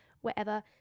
wherever